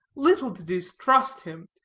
little to distrust him.